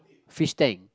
fish tank